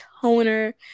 toner